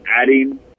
adding